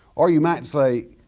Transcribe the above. or you might say,